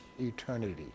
eternity